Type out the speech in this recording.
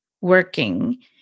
working